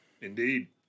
Indeed